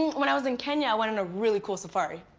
when i was in kenya i went on a really cool safari.